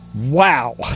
Wow